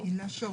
לילדים,